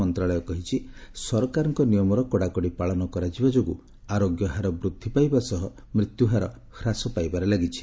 ମନ୍ତ୍ରଣାଳୟ କହିଛି ସରକାରଙ୍କ ନିୟମର କଡାକଡି ପାଳନ କରାଯିବା ଯୋଗୁଁ ଆରୋଗ୍ୟହାର ବୃଦ୍ଧି ପାଇବା ସହ ମୃତ୍ୟୁହାର ହ୍ରାସ ପାଇବାରେ ଲାଗିଛି